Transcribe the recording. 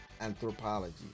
anthropology